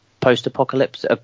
post-apocalypse